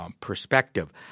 perspective